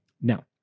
Now